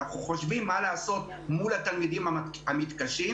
אנחנו חושבים מה לעשות מול התלמידים המתקשים,